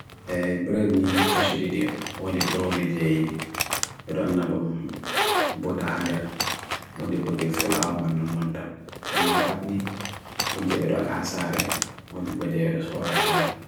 Bred ni kashiridio. Wadi brodi jayi. Biro nalum bota hander. Wadi bojye fula man non non tan. Amma parni wad jayir al hasare wad jayir soraasha ako.